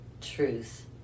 truth